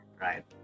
right